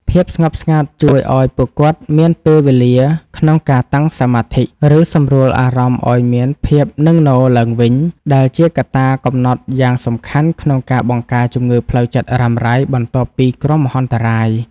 ភាពស្ងប់ស្ងាត់ជួយឱ្យពួកគាត់មានពេលវេលាក្នុងការតាំងសមាធិ ឬសម្រួលអារម្មណ៍ឱ្យមានភាពនឹងនរឡើងវិញ ដែលជាកត្តាកំណត់យ៉ាងសំខាន់ក្នុងការបង្ការជំងឺផ្លូវចិត្តរ៉ាំរ៉ៃបន្ទាប់ពីគ្រោះមហន្តរាយ។